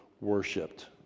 worshipped